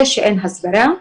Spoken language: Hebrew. זה שאין הסברה,